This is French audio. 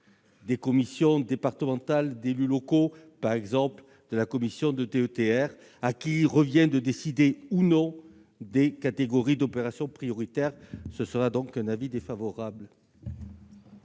des commissions départementales d'élus locaux, par exemple la DETR, à qui il revient de décider des catégories d'opérations prioritaires. J'émets donc un avis défavorable